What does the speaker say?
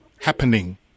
happening